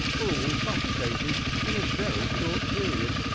were all suffocated in a very short period.